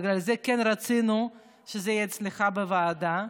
בגלל זה כן רצינו שזה יהיה אצלך בוועדה,